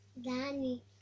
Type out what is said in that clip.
Danny